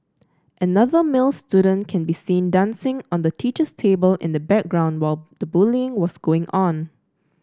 another male student can be seen dancing on the teacher's table in the background while the bullying was going on